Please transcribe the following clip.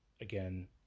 again